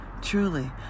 Truly